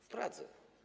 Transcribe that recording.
W Pradze.